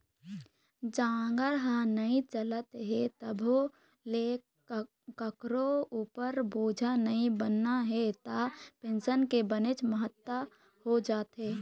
जांगर ह नइ चलत हे तभो ले कखरो उपर बोझा नइ बनना हे त पेंसन के बनेच महत्ता हो जाथे